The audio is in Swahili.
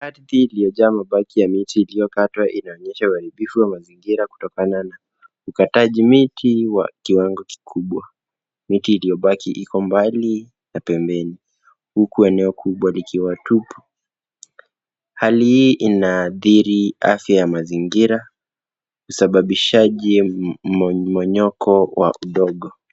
Ardhi iliyojaa mabaki ya miti iliyokatwa inaonyesha uharibifu wa mazingira kutokana na ukataji miti wa kiwango kikubwa. Miti iliyobaki iko mbali na pembeni. Huku eneo kubwa likiwa tupu. Hali hii inaathiri afya ya mazingira, usababishaji mmomonyoko wa udongo.